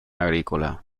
agrícola